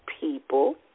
people